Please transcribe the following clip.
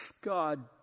God